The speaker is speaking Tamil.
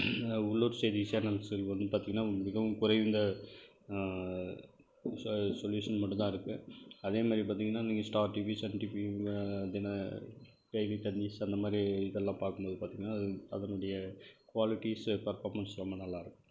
உள்ளூர் செய்தி சேனல்ஸ்க்கு வந்து பார்த்தீங்கன்னா மிகவும் குறைந்த சொல்யூசன் மட்டும்தான் இருக்குது அதே மாதிரி பார்த்தீங்கன்னா நீங்கள் ஸ்டார் டிவி சன் டிவி இவங்க தின டெய்லி தந்திஸ் அந்த மாதிரி இதெல்லாம் பார்க்கும்போது பார்த்தீங்கன்னா அதனுடைய குவாலிட்டிஸ் பர்ஃபார்மென்ஸ் ரொம்ப நல்லாயிருக்கும்